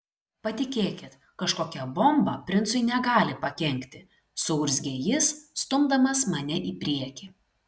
patikėkit kažkokia bomba princui negali pakenkti suurzgė jis stumdamas mane į priekį